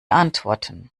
antworten